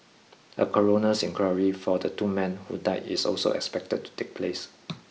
a coroner's inquiry for the two men who died is also expected to take place